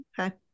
Okay